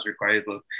required